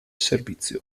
servizio